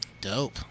Dope